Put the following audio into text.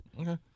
Okay